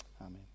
amen